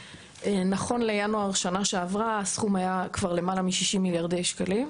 נכון לינואר שנה שעברה הסכום היה כבר למעלה מ-60 מיליארדי שקלים.